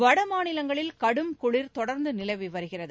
வடமாநிலங்களில் கடும் குளிர் தொடர்ந்து நிலவி வருகிறது